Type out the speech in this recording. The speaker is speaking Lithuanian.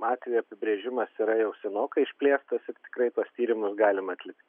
atvejo apibrėžimas yra jau senokai išplėstas ir tikrai tuos tyrimus galima atlikt